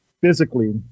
physically